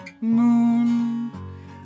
moon